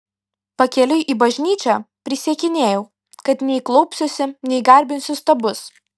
pakeliui į bažnyčią prisiekinėjau kad nei klaupsiuosi nei garbinsiu stabus